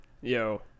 Yo